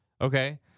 okay